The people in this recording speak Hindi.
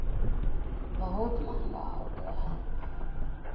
बहुत महंगा हो गया है